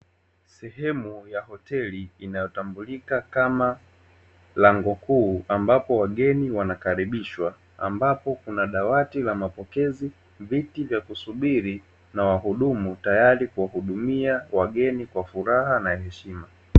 Sehemu ya hoteli inayotambulika kama lango kuu ambapo wageni wanakaribishwa, ambapo kuna dawati la mapokezi, viti vya kusubiri na wahudumu, tayari kuwahudumia wageni kwa furaha na heshima.